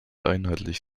einheitlich